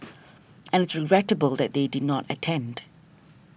and regrettable that they did not attend